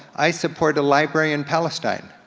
i support a library in palestine.